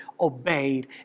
obeyed